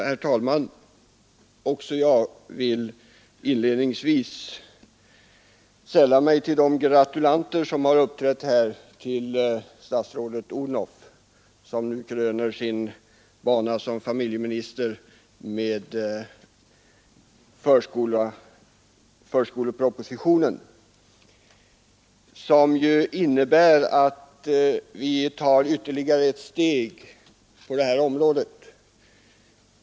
Herr talman! Också jag vill inledningsvis sälla mig till statsrådet Odhnoffs gratulanter. Statsrådet Odhnoff kröner nu sin bana som familjeminister med förskolepropositionen, som innebär att vi tar ytterligare ett steg på detta område.